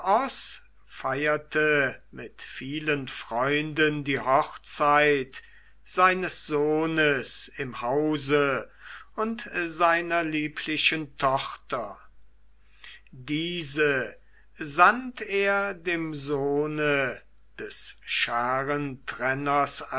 mit vielen freunden die hochzeit seines sohnes im hause und seiner lieblichen tochter diese sandt er dem sohne des